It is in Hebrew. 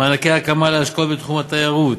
מענקי הקמה להשקעות בתחום התיירות,